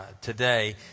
today